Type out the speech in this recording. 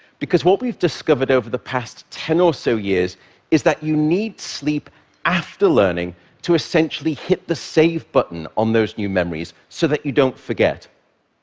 because what we've discovered over the past ten or so years is that you need sleep after learning to essentially hit the save button on those new memories so that you don't forget.